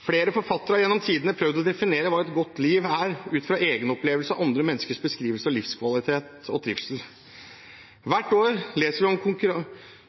Flere forfattere har gjennom tidene prøvd å definere hva et godt liv er, ut fra egen opplevelse og andre menneskers beskrivelse av livskvalitet og trivsel. Hvert år leser